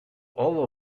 all